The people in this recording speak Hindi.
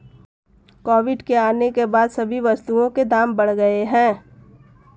कोविड के आने के बाद सभी वस्तुओं के दाम बढ़ गए हैं